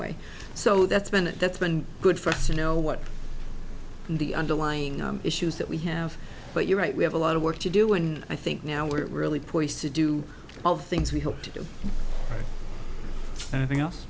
way so that's been that's been good for us you know what the underlying issues that we have but you're right we have a lot of work to do and i think now we're really poised to do all the things we hope to do anything else